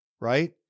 Right